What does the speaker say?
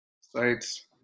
sites